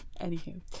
Anywho